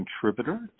contributor